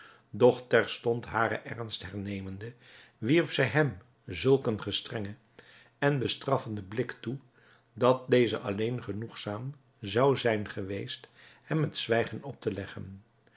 terstond haren ernst hernemende wierp zij hem zulk een gestrengen en bestraffende blik toe dat deze alleen genoegzaam zou zijn geweest hem het zwijgen op te leggen